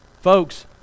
Folks